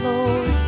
Lord